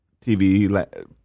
TV